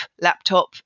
laptop